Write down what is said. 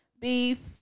beef